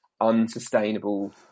unsustainable